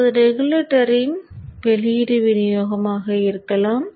இப்போது ரெகுலேட்டரின் வெளியீடு விநியோகமாக இருக்கலாம்